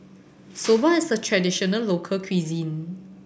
Soba is a traditional local cuisine